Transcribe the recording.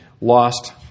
lost